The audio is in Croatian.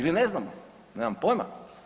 Ili ne znamo, nemam pojma.